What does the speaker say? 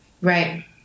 Right